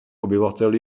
obyvatel